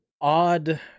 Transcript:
odd